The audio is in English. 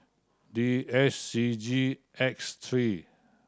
D S C G X three